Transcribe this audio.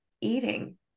eating